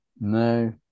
no